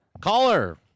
Caller